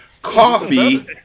Coffee